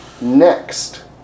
next